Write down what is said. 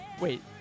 Wait